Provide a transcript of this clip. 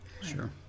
sure